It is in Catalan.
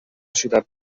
ciutat